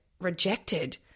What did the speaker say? rejected